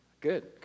Good